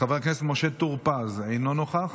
חבר הכנסת משה טור פז, אינו נוכח,